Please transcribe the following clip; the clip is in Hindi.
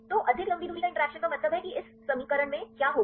तो अधिक लंबी दूरी की इंटरैक्शन का मतलब है कि इस समीकरण में क्या होगा